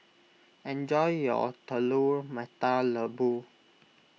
enjoy your Telur Mata Lembu